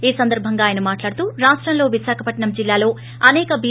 ఈ సందర్బంగా ఆయన మాట్లుడుతూ రాష్టంలో విశాఖపట్సం జిల్లాలో అసేక బి